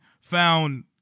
found